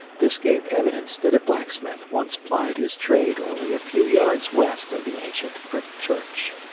this gave evidence that a blacksmith once plied his trade only a few yards west of the ancient brick church.